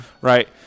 Right